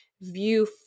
view